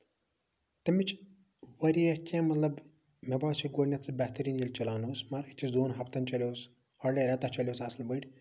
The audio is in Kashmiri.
تَمِچ واریاہ کیٚنہہ مطلب مےٚ باسیو گۄڈٕنیتھ سُہ بہتٔریٖن ییٚلہِ سُہ چلان اوس أکِس دۄن ہَفتَن چَلیو سُہ ہاڈلی رٮ۪تَس چلیو سُہ اَصٕل پٲٹھۍ